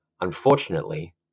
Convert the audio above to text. Unfortunately